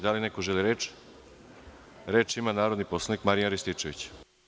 Da li neko želi reč? (Da) Reč ima narodni poslanik Marijan Rističević.